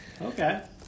Okay